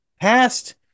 past